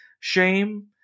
shame